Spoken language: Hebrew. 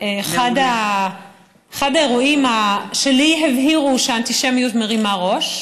אחד האירועים שהבהירו לי שהאנטישמיות מרימה ראש.